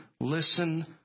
listen